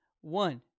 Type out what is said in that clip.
One